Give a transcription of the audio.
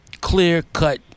clear-cut